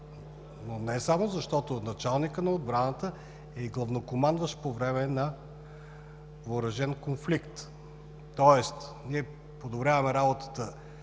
но не само! – защото Началникът на отбраната е и Главнокомандващ по време на въоръжен конфликт. Тоест ние подобряваме работата